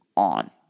on